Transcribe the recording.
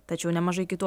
tačiau nemažai kitų